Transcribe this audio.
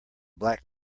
black